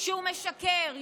שהוא משקר.